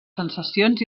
sensacions